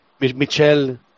Michel